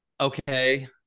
okay